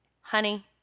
honey